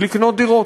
היא לקנות דירות.